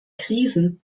krisen